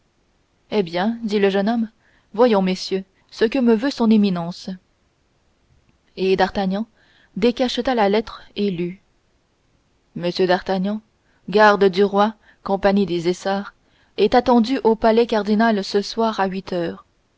eh bien dit le jeune homme voyons messieurs ce que me veut son éminence et d'artagnan décacheta la lettre et lut m d'artagnan garde du roi compagnie des essarts est attendu au palais cardinal ce soir à huit heures